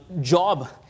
job